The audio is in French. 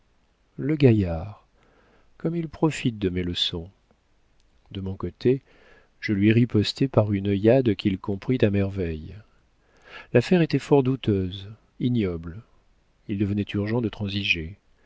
le gaillard comme il profite de mes leçons de mon côté je lui ripostai par une œillade qu'il comprit à merveille l'affaire était fort douteuse ignoble il devenait urgent de transiger